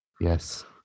Yes